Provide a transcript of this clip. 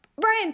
Brian